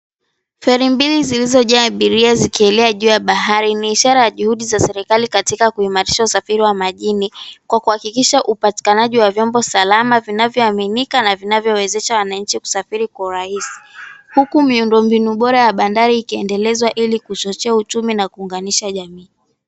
Feri mbili zilizojaa abiria zikielea juu ya bahari ni ishara ya juhudi za serikali katika kuimarisha usafiri wa majini, kwa kuhakikisha upatikanaji wa vyombo salama, vinavyoaminika, na vinavyowezesha wananchi kusafiri kwa urahisi. Huku miundo mbinu bora ya bandari ikiendelezwa ili kuchochea uchumi na kuunganisha jamii.